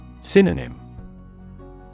Synonym